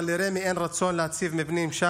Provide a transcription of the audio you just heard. אבל לרמ"י אין רצון להציב שם מבנים,